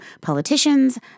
politicians